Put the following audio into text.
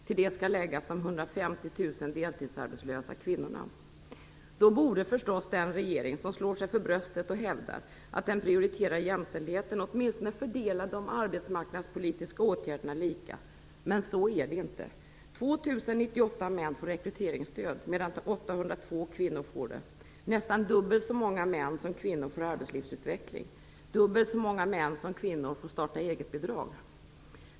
Till det skall läggas de Då borde förstås den regering som slår sig för bröstet och hävdar att den prioriterar jämställdheten åtminstone fördela de arbetsmarknadspolitiska åtgärderna lika. Men så är det inte. 2 098 män får rekryteringsstöd, medan 802 kvinnor får det. Nästan dubbelt så många män som kvinnor får arbetslivsutveckling. Dubbelt så många män som kvinnor får starta-egetbidrag.